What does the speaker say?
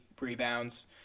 rebounds